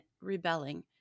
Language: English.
rebelling